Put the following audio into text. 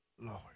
Lord